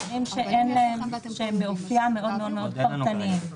דברים שהם באופיים מאוד מאוד פרטניים.